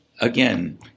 Again